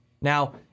Now